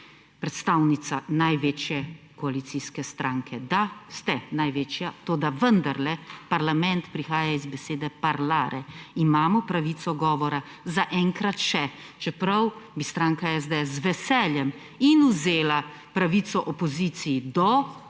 predstavnica največje koalicijske stranke. Da, ste največja, toda vendarle parlament prihaja iz besede »parlare«. Imamo pravico govora, zaenkrat še, čeprav bi stranka SDS z veseljem in vzela pravico opoziciji do